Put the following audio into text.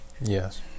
Yes